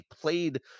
played